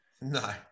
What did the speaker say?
No